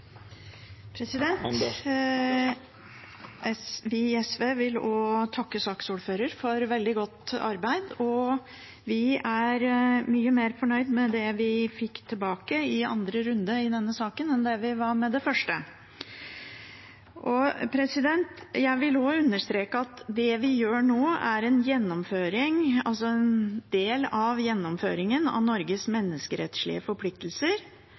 Vi i SV vil også takke saksordføreren for et veldig godt arbeid. Vi er mye mer fornøyd med det vi fikk tilbake i andre runde i denne saken, enn det vi var med det første. Jeg vil også understreke at det vi gjør nå, er en del av gjennomføringen av Norges menneskerettslige forpliktelser